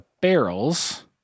barrels